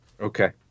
Okay